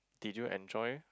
did you enjoy